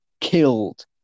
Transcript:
killed